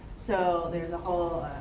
so there's a whole.